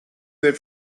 wait